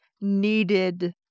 needed